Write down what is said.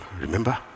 remember